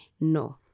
no